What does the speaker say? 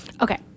Okay